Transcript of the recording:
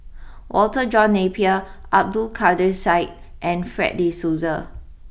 Walter John Napier Abdul Kadir Syed and Fred De Souza